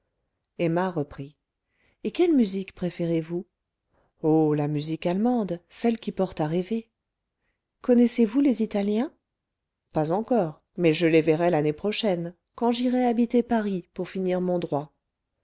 emma reprit et quelle musique préférez-vous oh la musique allemande celle qui porte à rêver connaissez-vous les italiens pas encore mais je les verrai l'année prochaine quand j'irai habiter paris pour finir mon droit